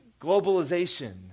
globalization